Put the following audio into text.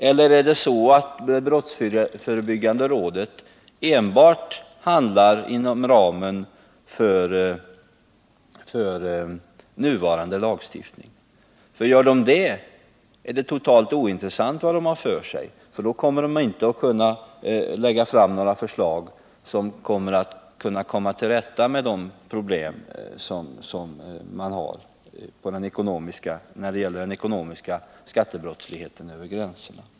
Eller är det så att brottsförebyggande rådet enbart handlar inom ramen för nuvarande lagstiftning? Gör rådet det, är det totalt ointressant vad rådet har för sig, för i så fall kommer det inte att kunna lägga fram några förslag som gör det möjligt att komma till rätta med de problem som finns när det gäller skattebrottsligheten över gränserna.